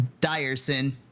Dyerson